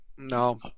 No